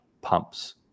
pumps